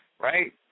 Right